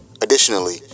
Additionally